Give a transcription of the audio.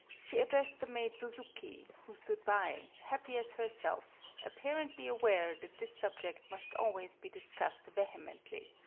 she addressed the maid suzuki, who stood by, happy as herself, apparently aware that this subject must always be discussed vehe mently.